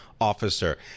Officer